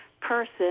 person